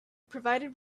provided